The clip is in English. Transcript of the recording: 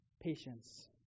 patience